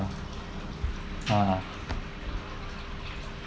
(uh huh)